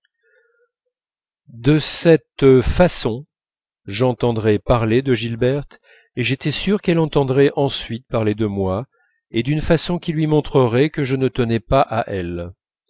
de cette façon j'entendrais parler de gilberte et j'étais sûr qu'elle entendrait ensuite parler de moi et d'une façon qui lui montrerait que je ne tenais pas à elle